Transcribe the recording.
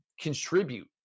contribute